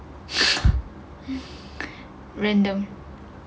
random